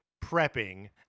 prepping